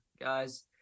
guys